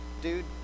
Dude